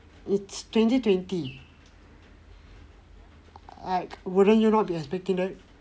it's twenty twenty I wouldn't you not be expecting that